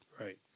right